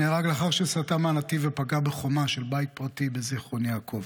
נהרג לאחר שסטה מהנתיב ופגע בחומה של בית פרטי בזיכרון יעקב.